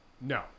no